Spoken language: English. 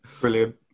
Brilliant